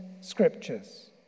scriptures